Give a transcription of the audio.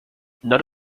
none